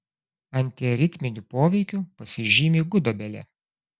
antiaritminiu poveikiu pasižymi gudobelė